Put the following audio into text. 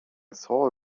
saw